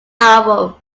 album